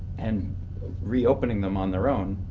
and reopening them on their own